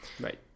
right